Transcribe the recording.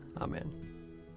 Amen